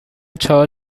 چهار